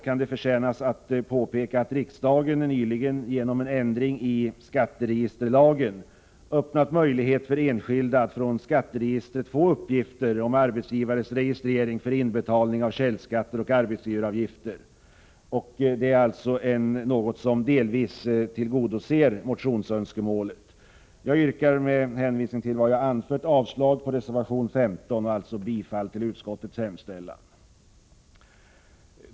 För övrigt förtjänar det att påpekas att riksdagen nyligen, genom ändring i skatteregisterlagen, öppnat möjlighet för enskilda att från skatteregistret få uppgifter om arbetsgivares registrering för inbetalning av källskatter och arbetsgivaravgifter, vilket delvis tillgodoser motionsönskemålet. Jag yrkar med hänvisning till vad jag har anfört avslag på reservation 15 och bifall till utskottets hemställan, mom. 29. Fru talman!